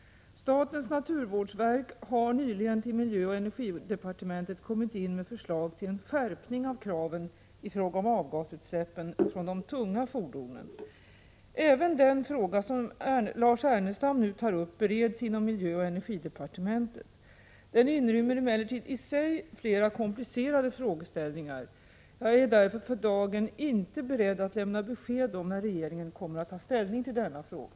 Statens naturvårdsverk har nyligen till miljöoch energidepartementet kommit in med förslag till en skärpning av kraven i fråga om avgasutsläppen från de tunga fordonen. Även den fråga som Lars Ernestam nu tar upp bereds inom miljöoch energidepartementet. Den inrymmer emellertid i sig flera komplicerade frågeställningar. Jag är därför för dagen inte beredd att lämna besked om när regeringen kommer att ta ställning till denna fråga.